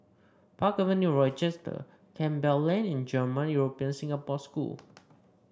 Park Avenue Rochester Campbell Lane and German European Singapore School